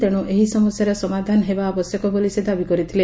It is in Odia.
ତେଣୁ ଏହି ସମସ୍ୟାର ସମାଧାନ ହେବା ଆବଶ୍ୟକ ବୋଲି ସେ ଦାବି କରିଥିଲେ